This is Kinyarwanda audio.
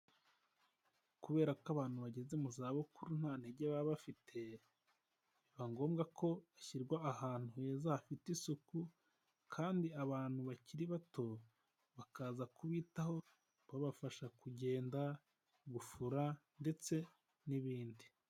Kubera ko abantu bageze mu zabukuru nta ntege baba bafite, biba ngombwa ko bashyirwa ahantu heza hafite isuku, kandi abantu bakiri bato bakaza kubitaho babafasha kugenda, gufura ndetse n'ibindi.